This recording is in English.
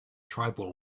tribal